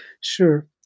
Sure